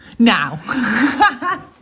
Now